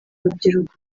rubyiruko